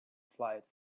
flight